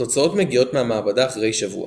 התוצאות מגיעות מהמעבדה אחרי שבוע.